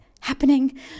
happening